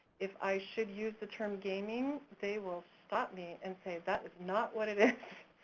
if i should use the term gaming, they will stop me and say, that is not what it is.